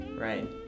right